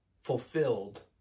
fulfilled